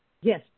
Yes